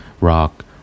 rock